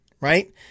right